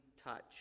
touch